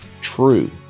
true